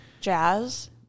jazz